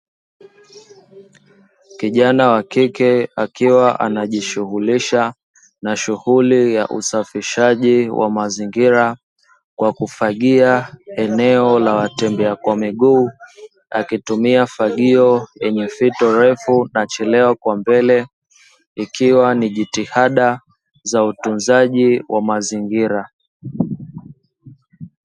Kijana wa kike akiwa anajishughulisha na shughuli ya usafishaji wa mazingira kwa kufagia eneo la watembea kwa miguu, akitumia fagio lenye fito refu na chelewa kwa mbele ikiwa ni jitahada za utunzaji wa mazingira.